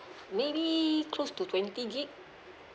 maybe close to twenty G_B